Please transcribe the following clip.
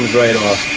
right off?